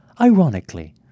Ironically